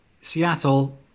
Seattle